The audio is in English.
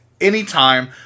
anytime